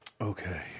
Okay